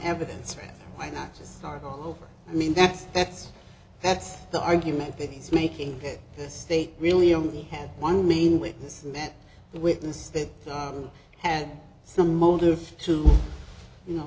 evidence rather why not just start all over i mean that's that's that's the argument that he's making that the state really only had one main witness and that witness that had some motive to you know